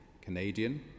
Canadian